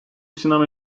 sinema